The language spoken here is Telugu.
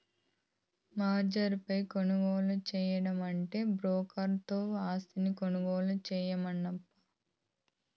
మార్జిన్ పై కొనుగోలు సేయడమంటే బ్రోకర్ తో ఆస్తిని కొనుగోలు సేయడమేనప్పా